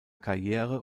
karriere